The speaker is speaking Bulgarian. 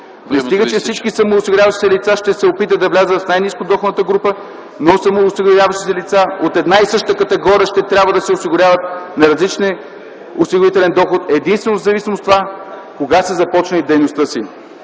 Не стига, че всички самоосигуряващи се лица ще се опитат да влязат в най-ниско доходната група, а самоосигуряващите се лица от една и съща категория ще трябва да се осигуряват на различен осигурителен доход, единствено в зависимост от това кога са започнали дейността си.